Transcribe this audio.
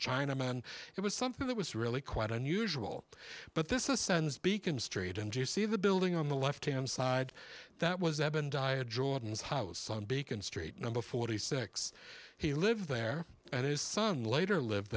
chinamen it was something that was really quite unusual but this is sun's beacon street and you see the building on the left hand side that was eben dyer jordan's house on beacon street number forty six he lived there and his son later lived